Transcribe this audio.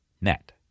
net